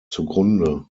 zugrunde